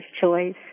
choice